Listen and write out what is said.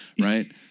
right